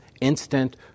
instant